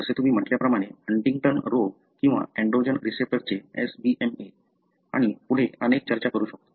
जसे तुम्ही म्हटल्याप्रमाणे हंटिंग्टन रोग किंवा एंड्रोजन रिसेप्टरचे SBMA आणि पुढे अनेक चर्चा करू शकतो